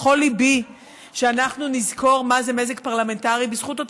הבית הזה מזג פרלמנטרי בדיוק ברגעים שאנחנו היינו זקוקים